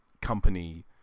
company